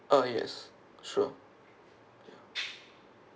ah yes sure ya